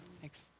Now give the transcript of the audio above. Thanks